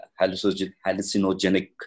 hallucinogenic